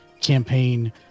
campaign